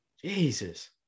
Jesus